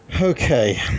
Okay